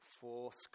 force